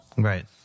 right